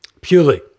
Purely